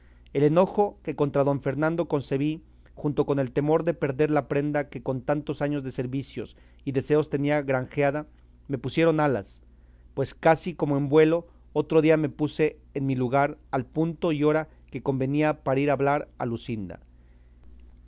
el enojo que contra don fernando concebí junto con el temor de perder la prenda que con tantos años de servicios y deseos tenía granjeada me pusieron alas pues casi como en vuelo otro día me puse en mi lugar al punto y hora que convenía para ir a hablar